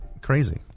Crazy